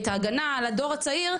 את ההגנה על הדור הצעיר,